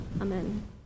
Amen